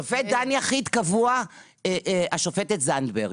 שופט דן יחיד קבוע, השופטת זנדברג,